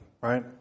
right